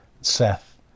Seth